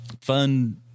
Fun